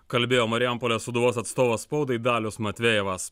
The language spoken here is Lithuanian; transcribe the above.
kalbėjo marijampolės sūduvos atstovas spaudai dalius matvejevas